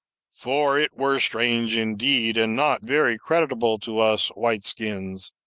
for it were strange, indeed, and not very creditable to us white-skins,